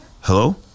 Hello